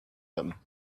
them